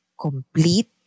complete